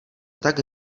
tak